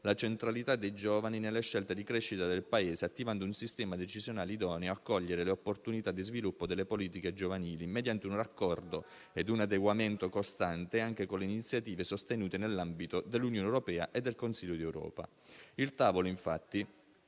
la centralità dei giovani nelle scelte di crescita del Paese, attivando un sistema decisionale idoneo a cogliere le opportunità di sviluppo delle politiche giovanili mediante un raccordo ed un adeguamento costante anche con le iniziative sostenute nell'ambito dell'Unione europea e del Consiglio d'Europa. Il tavolo, infatti,